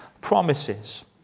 promises